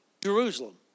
Jerusalem